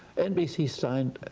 nbc signed